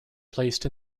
placed